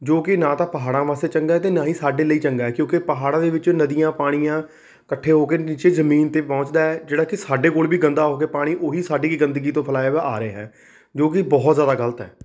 ਜੋ ਕਿ ਨਾ ਤਾਂ ਪਹਾੜਾਂ ਵਾਸਤੇ ਚੰਗਾ ਹੈ ਅਤੇ ਨਾ ਹੀ ਸਾਡੇ ਲਈ ਚੰਗਾ ਹੈ ਕਿਉਂਕਿ ਪਹਾੜਾਂ ਦੇ ਵਿੱਚੋਂ ਨਦੀਆਂ ਪਾਣੀਆਂ ਇਕੱਠੇ ਹੋ ਕੇ ਨੀਚੇ ਜਮੀਨ 'ਤੇ ਪਹੁੰਚਦਾ ਹੈ ਜਿਹੜਾ ਕਿ ਸਾਡੇ ਕੋਲ ਵੀ ਗੰਦਾ ਹੋ ਕੇ ਪਾਣੀ ਉਹੀ ਸਾਡੀ ਗੰਦਗੀ ਤੋਂ ਫੈਲਾਇਆ ਵਾ ਆ ਰਿਹਾ ਜੋ ਕਿ ਬਹੁਤ ਜ਼ਿਆਦਾ ਗਲਤ ਹੈ